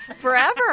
forever